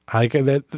i get that.